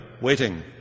waiting